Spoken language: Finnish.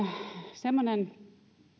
semmoinen